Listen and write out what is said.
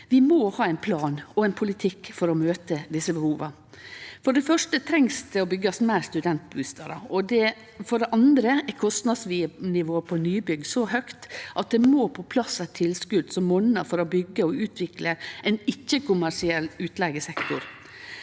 Vi må ha ein plan og ein politikk for å møte desse behova. For det fyrste må ein byggja fleire studentbustadar. For det andre er kostnadsnivået på nybygg så høgt at det må på plass eit tilskot som monnar for å byggje og utvikle ein ikkje-kommersiell utleigesektor.